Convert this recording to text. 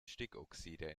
stickoxide